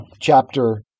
Chapter